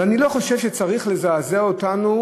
ואני לא חושב שהמקרה צריך לזעזע אותנו